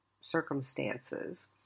circumstances